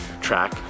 track